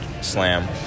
slam